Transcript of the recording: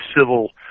civil